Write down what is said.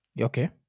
Okay